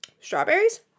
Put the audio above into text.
strawberries